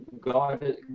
god